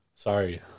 Sorry